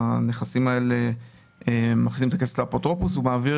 הנכסים האלה מכניסים את הכסף לאפוטרופוס והוא מעביר